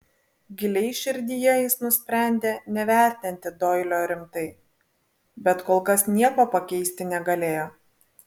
giliai širdyje jis nusprendė nevertinti doilio rimtai bet kol kas nieko pakeisti negalėjo